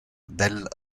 del